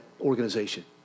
organization